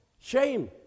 Shame